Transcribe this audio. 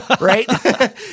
right